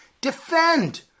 defend